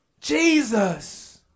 Jesus